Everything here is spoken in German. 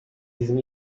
diesem